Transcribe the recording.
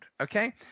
Okay